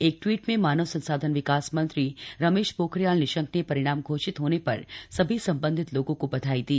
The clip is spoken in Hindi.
एक टवीट में मानव संसाधन विकास मंत्री रमेश पोखरियाल निशंक ने परिणाम घोषित होने पर सभी संबंधित लोगों को बधाई दी